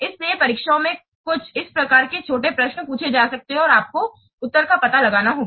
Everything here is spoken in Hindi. इसलिए परीक्षा में कुछ इस प्रकार के छोटे प्रश्न पूछे जा सकते हैं और आपको उत्तर का पता लगाना होगा